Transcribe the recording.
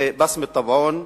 זה בסמת-טבעון,